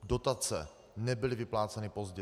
Dotace nebyly vypláceny pozdě.